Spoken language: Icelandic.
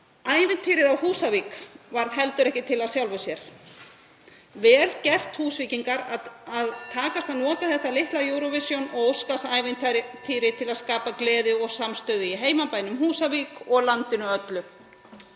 Ævintýrið á Húsavík varð heldur ekki til af sjálfu sér. Vel gert, Húsvíkingar, að takast að nota þetta litla Eurovision- og Óskarsævintýri til að skapa gleði og samstöðu í heimabænum Húsavík og á landinu öllu.